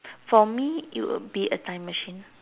for me it would be a time machine